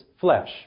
flesh